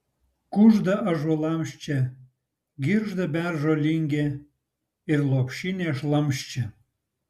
kužda ąžuolams čia girgžda beržo lingė ir lopšinė šlamščia